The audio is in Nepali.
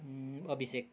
अभिषेक